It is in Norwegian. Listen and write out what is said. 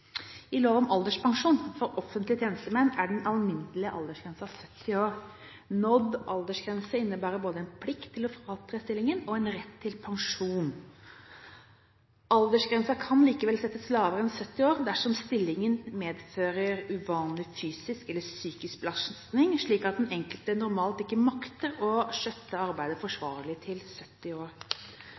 I lov om aldersgrenser for offentlige tjenestemenn er den alminnelige aldersgrensen 70 år. Nådd aldersgrense innebærer både en plikt til å fratre stillingen og en rett til pensjon. Aldersgrensen kan likevel settes lavere enn 70 år dersom stillingen medfører uvanlig fysisk eller psykisk belastning, slik at den enkelte normalt ikke makter å skjøtte arbeidet forsvarlig til fylte 70 år.